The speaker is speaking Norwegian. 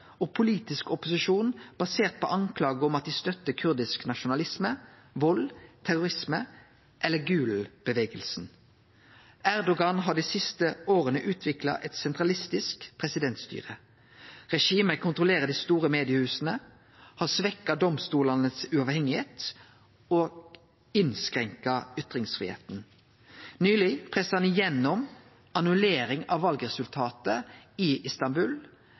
og politisk opposisjon basert på skuldingar om at dei støttar kurdisk nasjonalisme, vald, terrorisme eller Gülen-bevegelsen. Erdogan har dei siste åra utvikla eit sentralistisk presidentstyre. Regimet kontrollerer dei store mediehusa, har svekt uavhengigheita til domstolane og innskrenka ytringsfridomen. Nyleg pressa han igjennom annullering av valresultatet i